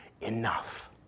enough